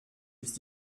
ist